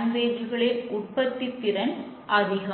நாம் சோதிக்கிறோம்